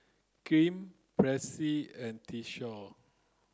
Kem Presley and Tyshawn